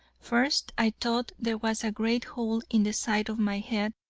first i thought there was a great hole in the side of my head,